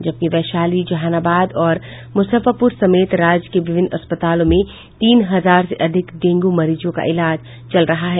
जबकि वैशाली जहानाबाद और मुजफ्फरपुर समेत राज्य के विभिन्न अस्पतालों में तीन हजार से अधिक डेंगू मरीजों का इलाज चल रहा है